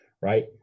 right